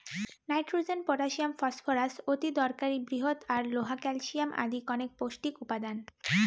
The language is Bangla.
নাইট্রোজেন, পটাশিয়াম, ফসফরাস অতিদরকারী বৃহৎ আর লোহা, ক্যালশিয়াম আদি কণেক পৌষ্টিক উপাদান